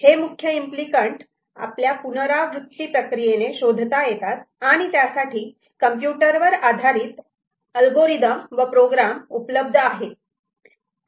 हे मुख्य implicant आपल्याला पुनरावृत्ती प्रक्रियेने शोधता येतात आणि त्यासाठी कम्प्युटर वर आधारित अल्गोरिदम व प्रोग्राम उपलब्ध आहेत